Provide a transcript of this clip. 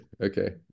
Okay